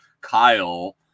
Kyle